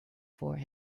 for